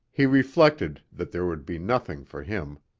he reflected that there would be nothing for him.